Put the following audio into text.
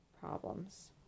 problems